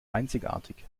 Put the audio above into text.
einzigartig